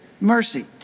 mercy